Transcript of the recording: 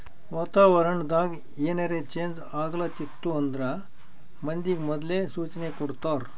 ವಾತಾವರಣ್ ದಾಗ್ ಏನರೆ ಚೇಂಜ್ ಆಗ್ಲತಿತ್ತು ಅಂದ್ರ ಮಂದಿಗ್ ಮೊದ್ಲೇ ಸೂಚನೆ ಕೊಡ್ತಾರ್